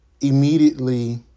immediately